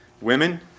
Women